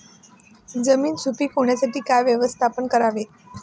जमीन सुपीक होण्यासाठी काय व्यवस्थापन करावे?